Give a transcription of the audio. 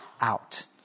out